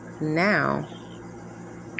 now